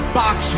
box